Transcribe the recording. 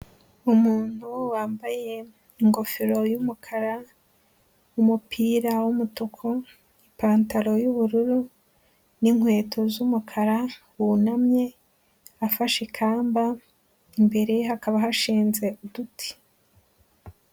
Umuntu wambaye ingofero y'umukara, umupira w'umutuku, ipantaro y'ubururu n'inkweto z'umukara, wunamye afashe ikamba, imbere ye hakaba hashinze uduti.